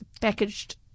packaged